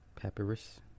Papyrus